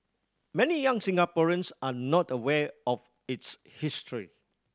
many young Singaporeans are not aware of its history